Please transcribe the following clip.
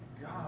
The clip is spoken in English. God